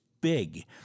big